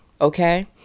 Okay